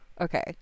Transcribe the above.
Okay